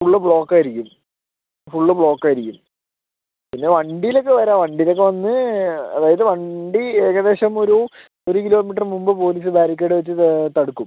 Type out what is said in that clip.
full block ആയിരിക്കും full ബ്ലോക്കായിരിക്കും പിന്നെ വണ്ടിയിലൊക്കെ വരാം വണ്ടിയിലൊക്കെ വന്ന് അതായത് വണ്ടി ഏകദേശമൊരു ഒരു കിലോ മീറ്റർ മുമ്പ് പോലീസ് ബാരിക്കേഡ് വെച്ചു തടുക്കും